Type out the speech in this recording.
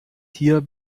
hier